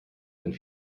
einen